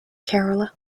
kerala